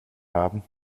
haben